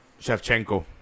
Shevchenko